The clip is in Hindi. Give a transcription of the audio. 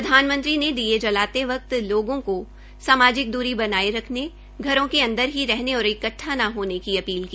प्रधानमंत्री ने दीये जलाते वक्त लोगों को सामाजिक द्री बनाये रखने घरों के अंदर ही रहने और इकट्ठा न होने की अपील की